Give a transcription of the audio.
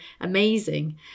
amazing